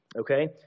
Okay